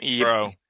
Bro